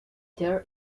peter